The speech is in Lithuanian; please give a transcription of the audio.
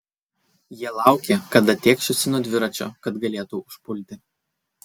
jie laukė kada tėkšiuosi nuo dviračio kad galėtų užpulti